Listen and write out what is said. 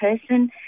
person